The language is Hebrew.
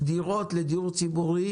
דירות לדיור ציבורי